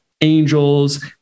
angels